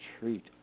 treat